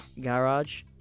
garage